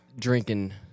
drinking